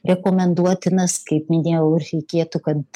rekomenduotinas kaip minėjau reikėtų kad